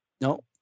No